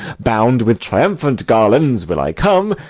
bound with triumphant garlands will i come,